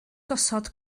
gosod